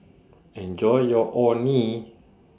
Enjoy your Orh Nee